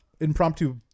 Impromptu